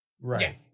Right